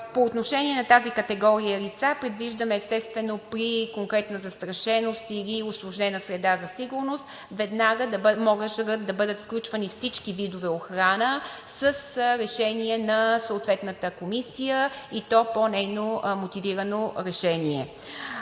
По отношение на тази категория лица предвиждаме, естествено, при конкретна застрашеност или усложнена среда за сигурност, веднага да може да бъдат включвани всички видове охрана с решение на съответната комисия, и то по нейно мотивирано решение.